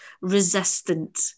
resistant